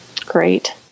Great